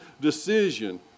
decision